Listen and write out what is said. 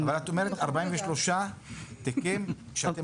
זה הפרקליטות אבל את אומרת 43 תיקים שאתם